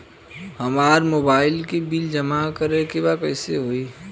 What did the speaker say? हमार मोबाइल के बिल जमा करे बा कैसे जमा होई?